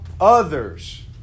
others